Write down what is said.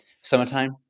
summertime